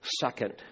second